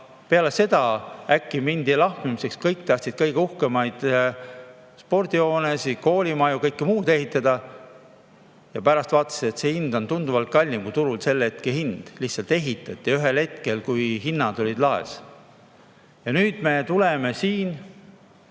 peale seda äkki [läks] lahmimiseks. Kõik tahtsid kõige uhkemaid spordihooneid, koolimaju, kõike muud ehitada. Ja pärast vaatasid, et see hind on tunduvalt kallim kui turul selle hetke hind, lihtsalt ehitati sel ajal, kui hinnad olid laes. Ja nüüd me tuleme siin